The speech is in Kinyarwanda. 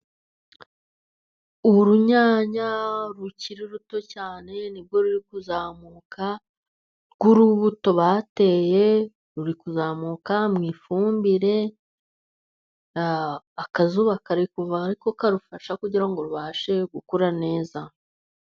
Urunyanya rukiri ruto cyane ni bwo ruri kuzamuka , nk' urubuto bateye ruri kuzamuka mu ifumbire ,akazuba kari kuva ari ko karufasha kugira ngo rubashe gukura neza.